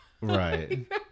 Right